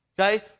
Okay